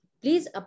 Please